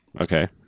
okay